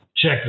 Check